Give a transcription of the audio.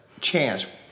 chance